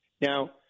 Now